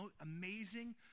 amazing